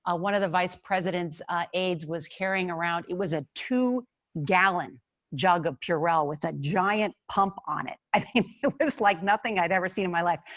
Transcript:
ah one of the vice president's aids was carrying around it was a two gallon jug of purelle with a giant pump on it, like nothing i've ever seen in my life.